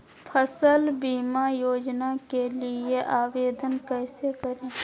फसल बीमा योजना के लिए आवेदन कैसे करें?